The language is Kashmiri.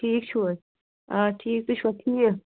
ٹھیٖک چھو حظ آ ٹھیٖک تُہۍ چھوا ٹھیٖک